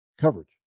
coverage